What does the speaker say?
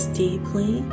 deeply